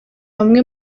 bamwe